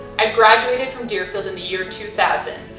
i graduated from deerfield in the year two thousand,